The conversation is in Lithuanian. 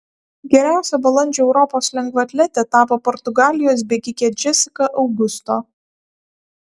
geriausia balandžio europos lengvaatlete tapo portugalijos bėgikė džesika augusto